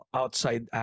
outside